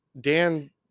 dan